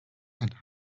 and